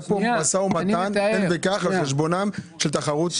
היה כאן משא ומתן של תן וקח על חשבון תחרות הוגנת.